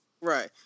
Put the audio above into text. right